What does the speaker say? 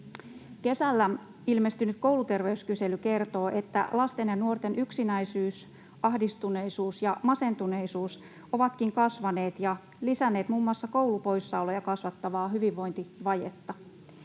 Kesällä ilmestynyt kouluterveyskysely kertoo, että lasten ja nuorten yksinäisyys, ahdistuneisuus ja masentuneisuus ovatkin kasvaneet ja lisänneet muun muassa koulupoissaoloja kasvattavaa hyvinvointivajetta.